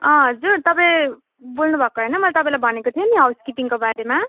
हजुर तपाईँ बोल्नुभएको होइन मैले तपाईँलाई भनेको थिएँ नि हाउस किपिङको बारेमा